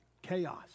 Chaos